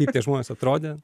kaip tie žmonės atrodė